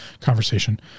conversation